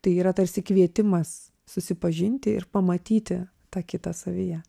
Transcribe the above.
tai yra tarsi kvietimas susipažinti ir pamatyti tą kitą savyje